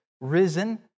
risen